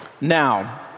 Now